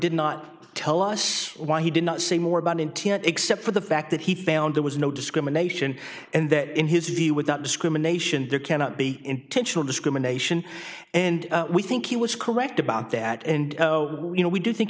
did not tell us why he did not say more about intent except for the fact that he found there was no discrimination and that in his view without discrimination there cannot be intentional discrimination and we think he was correct about that and you know we do think